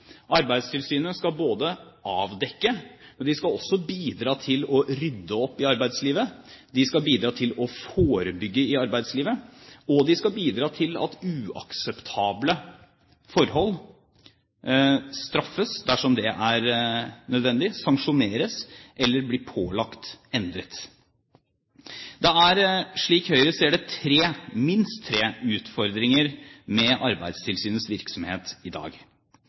Arbeidstilsynet skal avdekke, men de skal også bidra til å rydde opp i arbeidslivet, de skal bidra til å forebygge i arbeidslivet, og de skal bidra til at uakseptable forhold straffes dersom det er nødvendig, sanksjoneres eller blir pålagt endret. Det er, slik Høyre ser det, tre – minst tre – utfordringer med Arbeidstilsynets virksomhet i dag.